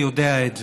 יודע את זה.